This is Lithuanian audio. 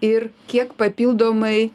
ir kiek papildomai